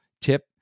tip